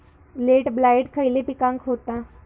Late blight खयले पिकांका होता?